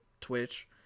twitch